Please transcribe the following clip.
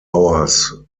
hours